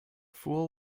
fool